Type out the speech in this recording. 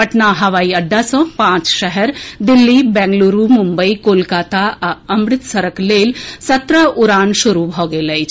पटना हवाई अड्डा सँ पांच शहर दिल्ली बेंगलुरू मुम्बई कोलकाता आ अमृतसरक लेल सत्रह उड़ान शुरू भऽ गेल अछि